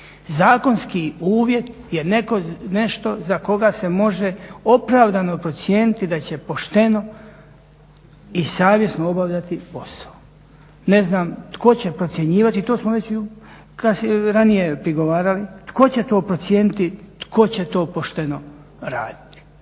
zakonski uvjet je nešto za koga se može opravdano procijeniti da će pošteno i savjesno obavljati posao. Ne znam tko će procjenjivati, to smo već i u ranije pregovarali, tko će to procijeniti, tko će to pošteno raditi?